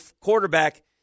quarterback